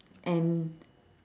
and